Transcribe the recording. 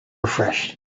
refreshed